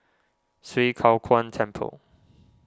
Swee Kow Kuan Temple